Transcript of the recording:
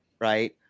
right